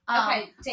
Okay